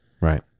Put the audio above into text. Right